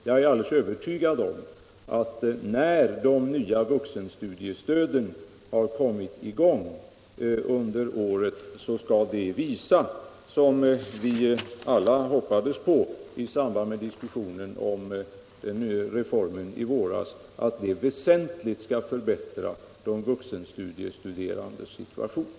Jag är helt övertygad om att det nya vuxenstudiestödet när det har kommit i gång under året väsentligt skall förbättra de vuxenstuderandes situation, såsom vi alla hoppades i samband med diskussionen om reformen i våras.